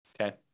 Okay